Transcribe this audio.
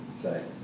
say